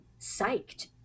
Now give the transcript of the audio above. psyched